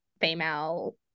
female